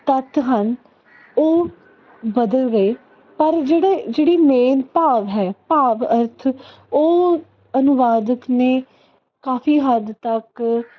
ਤੱਥ ਹਨ ਉਹ ਬਦਲ ਗਏ ਪਰ ਜਿਹੜੇ ਜਿਹੜੀ ਮੇਨ ਭਾਵ ਹੈ ਭਾਵ ਅਰਥ ਉਹ ਅਨੁਵਾਦਕ ਨੇ ਕਾਫ਼ੀ ਹੱਦ ਤੱਕ